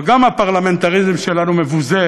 אבל גם הפרלמנטריזם שלנו מבוזה